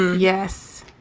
yes,